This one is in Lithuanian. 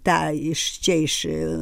tą iš čia iš